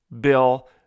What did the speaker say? bill